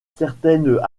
certaines